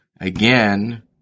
again